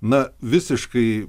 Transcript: na visiškai